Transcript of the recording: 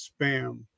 spam